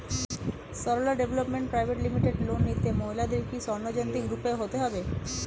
Sarala development private limited loan নিতে মহিলাদের কি স্বর্ণ জয়ন্তী গ্রুপে হতে হবে?